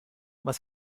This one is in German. was